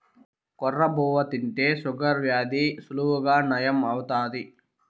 కొర్ర బువ్వ తింటే షుగర్ వ్యాధి సులువుగా నయం అవుతాది